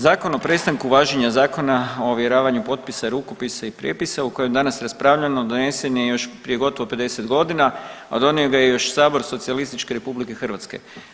Zakon o prestanku važenja Zakona o ovjeravanju potpisa, rukopisa i prijepisa o kojem danas raspravljamo donesen je još prije gotovo 50 godina, a donio ga je još Sabor Socijalističke Republike Hrvatske.